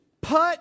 Put